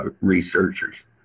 researchers